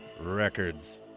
Records